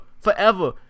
forever